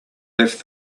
left